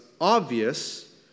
obvious